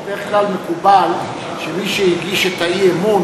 בדרך כלל מקובל שמי שהגיש את האי-אמון